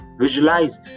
visualize